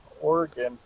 Oregon